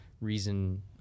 reason